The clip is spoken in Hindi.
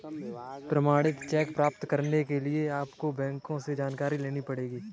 प्रमाणित चेक प्राप्त करने के लिए आपको बैंक से जानकारी लेनी पढ़ेगी